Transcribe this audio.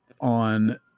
on